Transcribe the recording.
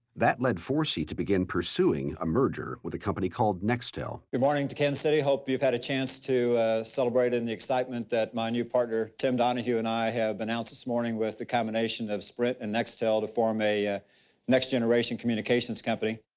that led forsee to begin pursuing a merger with a company called nextel. good morning to kansas city. hope you've had a chance to celebrate in the excitement that my new partner, tim donahue, and i have announced this morning with the combination of sprint and nextel to form a next generation communications company.